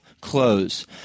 close